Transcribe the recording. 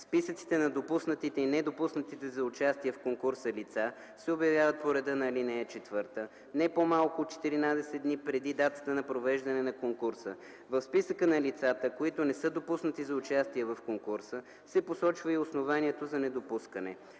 Списъците на допуснатите и недопуснатите за участие в конкурса лица се обявяват по реда на ал. 4 не по-малко от 14 дни преди датата на провеждане на конкурса. В списъка на лицата, които не са допуснати за участие в конкурса, се посочва и основанието за недопускане.